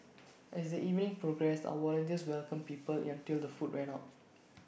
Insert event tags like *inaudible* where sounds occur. *noise* as the evening progressed our volunteers welcomed people until the food ran out